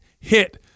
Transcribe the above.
Hit